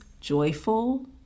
joyful